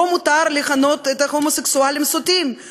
לא מותר לכנות את ההומוסקסואלים "סוטים";